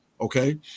Okay